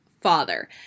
father